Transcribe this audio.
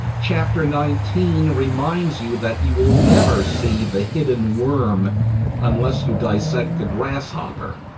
chapter nineteen reminds you that you will never see the hidden worm unless you dissect the grasshopper,